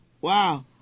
wow